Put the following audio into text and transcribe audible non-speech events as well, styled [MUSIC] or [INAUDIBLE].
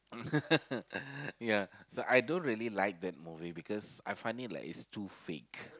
[LAUGHS] ya so I don't really like that movie because I find it like it's too fake